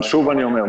אבל שוב אני אומר,